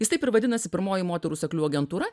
jis taip ir vadinasi pirmoji moterų seklių agentūra